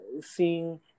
seeing